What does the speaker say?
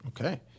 Okay